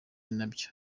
nabyo